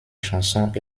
chansons